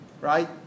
right